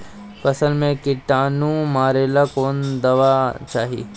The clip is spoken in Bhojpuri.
फसल में किटानु मारेला कौन दावा चाही?